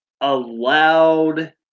allowed